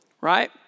Right